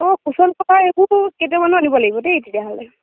অঁ cushion cover এইবোৰ আনিব লাগিব দেই তেতিয়া হ'লে